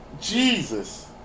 Jesus